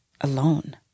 alone